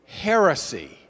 heresy